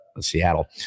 Seattle